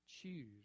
Choose